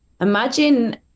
imagine